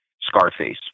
Scarface